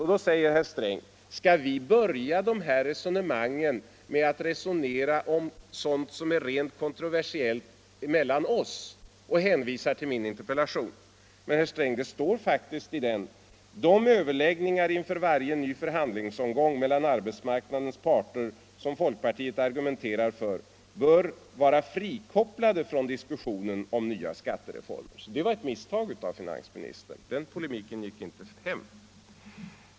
Nu invänder herr Sträng: Skall vi börja det här resonemanget med att diskutera sådant som är rent kontroversiellt mellan oss? Och så hänvisar han till min interpellation. Men, herr Sträng, det står faktiskt i den: ”De överläggningar inför varje ny förhandlingsomgång mellan arbetsmarknadens parter som folkpartiet argumenterat för bör därför fortsättningsvis vara frikopplade från diskussion om nya skattereformer.” Det var alltså ett misstag av finansministern. Den polemiken gick inte hem.